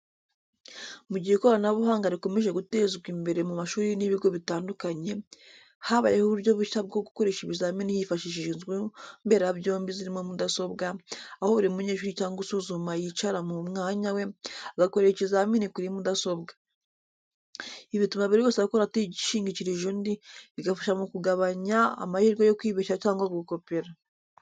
Mu gihe ikoranabuhanga rikomeje gutezwa imbere mu mashuri n’ibigo bitandukanye, habayeho uburyo bushya bwo gukoresha ibizamini hifashishijwe inzu mberabyombi zirimo mudasobwa, aho buri munyeshuri cyangwa usuzumwa yicara mu mwanya we, agakorera ikizamini kuri mudasobwa. Ibi bituma buri wese akora atishingikirije undi, bigafasha mu kugabanya amahirwe yo kwibeshya cyangwa gukopera.